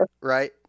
Right